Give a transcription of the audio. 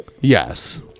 Yes